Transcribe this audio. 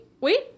wait